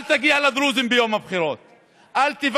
אל תגיעו לדרוזים ביום הבחירות.